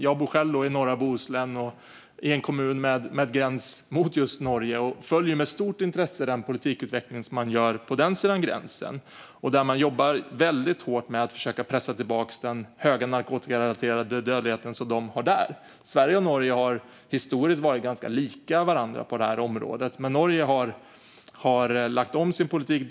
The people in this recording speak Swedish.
Jag bor själv i norra Bohuslän i en kommun med gräns mot just Norge och följer med stort intresse den politikutveckling som sker på den sidan gränsen. Där jobbar man väldigt hårt med att försöka pressa tillbaka den höga narkotikarelaterade dödlighet som de har där. Sverige och Norge har historiskt varit ganska lika varandra på det här området, men Norge har delvis lagt om sin politik.